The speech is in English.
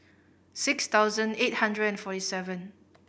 six thousand eight hundred and forty seven